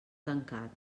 tancat